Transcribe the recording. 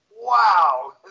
wow